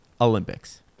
Olympics